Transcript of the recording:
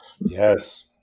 Yes